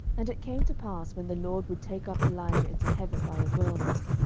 and it came to pass, when the lord would take up elijah into heaven by a whirlwind,